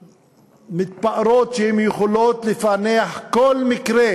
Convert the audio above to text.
המתפארים שהם יכולים לפענח כל מקרה